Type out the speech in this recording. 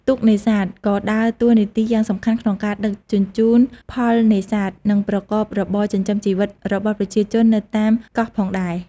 ទូកនេសាទក៏ដើរតួនាទីយ៉ាងសំខាន់ក្នុងការដឹកជញ្ជូនផលនេសាទ និងប្រកបរបរចិញ្ចឹមជីវិតរបស់ប្រជាជននៅតាមកោះផងដែរ។